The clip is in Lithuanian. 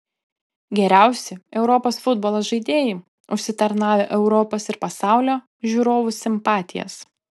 geriausi europos futbolo žaidėjai užsitarnavę europos ir pasaulio žiūrovų simpatijas